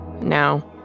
now